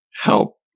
help